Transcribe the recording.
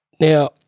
Now